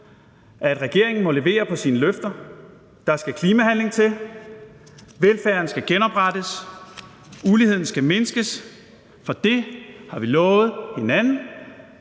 at regeringen må levere på sine løfter. Der skal klimahandling til, velfærden skal genoprettes, uligheden skal mindskes, for det har vi lovet hinanden,